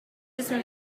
system